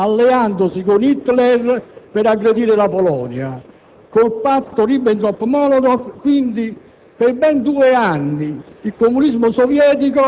hanno combattuto il nazifascismo alleandosi con Hitler per aggredire la Polonia con il patto Ribbentrop-Molotov, quindi